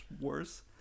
worse